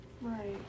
Right